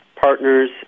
partners